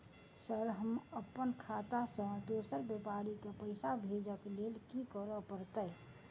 Sir हम अप्पन खाता सऽ दोसर व्यापारी केँ पैसा भेजक लेल की करऽ पड़तै?